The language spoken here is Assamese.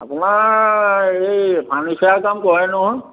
আপোনাৰ এই ফাৰ্ণিচাৰ কাম কৰে নহয়